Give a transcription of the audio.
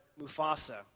Mufasa